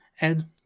Ed